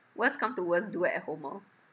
worst come to worst do at home orh